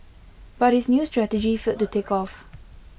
but his new strategy failed to take off